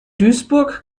duisburg